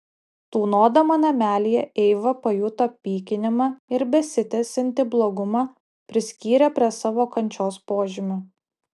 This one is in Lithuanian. tūnodama namelyje eiva pajuto pykinimą ir besitęsiantį blogumą priskyrė prie savo kančios požymių